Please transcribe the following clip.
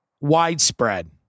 widespread